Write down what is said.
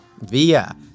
via